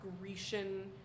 Grecian